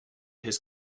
his